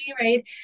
Right